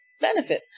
benefit